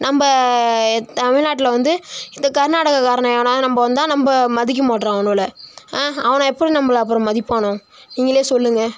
நம்ம தமிழ்நாட்டில் வந்து இந்த கர்நாடகா காரனோ எவனாது நம்ம வந்தால் நம்ம மதிக்க மாட்கிறோம் அவனு போல ஆ அவனவோ எப்படி நம்மள அப்புறம் மதிப்பானோ நீங்களே சொல்லுங்கள்